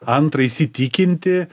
antra įsitikinti